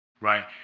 Right